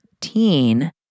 teen